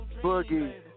Boogie